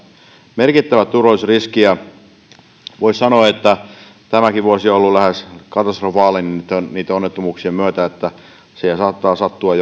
merkittävä turvallisuusriski voisi sanoa että tämäkin vuosi on ollut lähes katastrofaalinen onnettomuuksien myötä siellä saattaa sattua